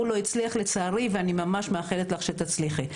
לא הצליח לצערי ואני ממש מאחלת לך שתצליחי.